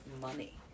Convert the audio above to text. money